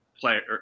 player